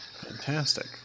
Fantastic